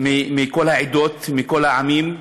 מכל העדות, מכל העמים,